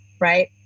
right